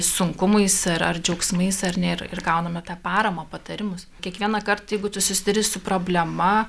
sunkumais ar ar džiaugsmais ar ne ir gauname tą paramą patarimus kiekvienąkart jeigu tu susiduri su problema